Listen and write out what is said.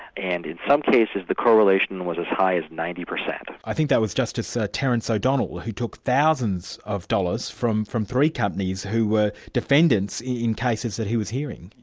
and in some cases, the correlation was as high as ninety per cent. i think that was justice terence o'donnell, who took thousands of dollars from from three companies who were defendants in cases that he was hearing.